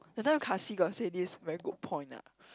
that time Ka-Xi got say this very good point ah